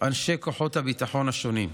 אנשי כוחות הביטחון השונים,